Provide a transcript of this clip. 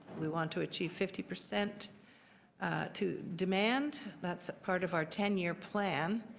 we want to achieve fifty percent to demand, that's a part of our ten year plan.